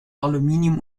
aluminium